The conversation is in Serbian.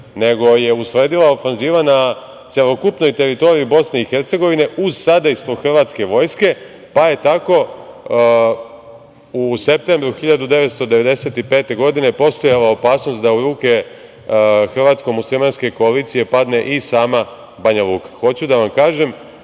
nego je usledila ofanziva na celokupnoj teritoriji BiH, uz sadejstvo hrvatske vojske, pa je tako u septembru 1995. godine postojala opasnost da u ruke hratsko muslimanske koalicije padne i sama Banjaluka. Hoću